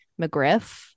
McGriff